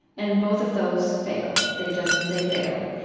and both of those fail. they just they fail